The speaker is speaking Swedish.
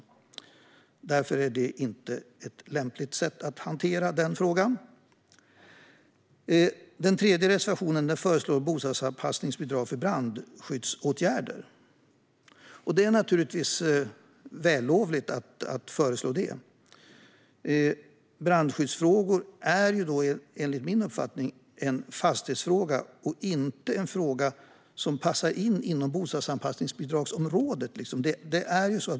Därför är det inte ett lämpligt sätt att hantera frågan. Den tredje reservationen föreslår bostadsanpassningsbidrag för brandskyddsåtgärder. Det är naturligtvis ett vällovligt förslag. Men brandskyddsfrågor är, enligt min uppfattning, en fastighetsfråga och inte en fråga som passar in på bostadsanpassningsområdet.